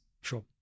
Sure